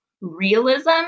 realism